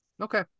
Okay